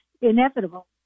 inevitable